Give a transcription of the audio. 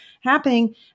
happening